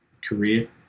career